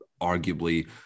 arguably